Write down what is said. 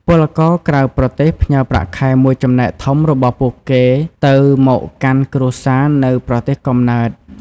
ពលករក្រៅប្រទេសផ្ញើប្រាក់ខែមួយចំណែកធំរបស់ពួកគេទៅមកកាន់គ្រួសារនៅប្រទេសកំណើត។